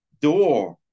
door